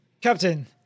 Captain